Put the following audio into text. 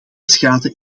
schade